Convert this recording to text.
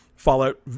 Fallout